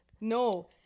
No